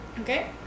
Okay